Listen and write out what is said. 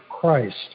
Christ